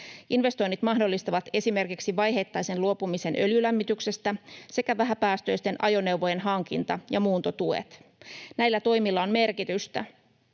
Investoinnit mahdollistavat esimerkiksi vaiheittaisen luopumisen öljylämmityksestä sekä vähäpäästöisten ajoneuvojen hankinta- ja muuntotuet. Näillä toimilla on merkitystä,